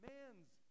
man's